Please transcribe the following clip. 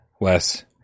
Wes